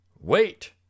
Wait